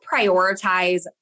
prioritize